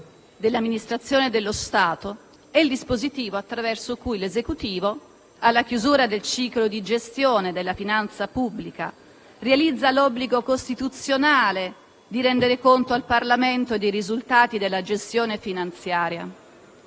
dell'Amministrazione dello Stato» è il dispositivo attraverso cui l'Esecutivo, alla chiusura del ciclo di gestione della finanza pubblica, realizza l'obbligo costituzionale di rendere conto al Parlamento dei risultati della gestione finanziaria.